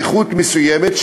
נכות מסוימת,